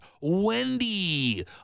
Wendy